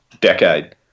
decade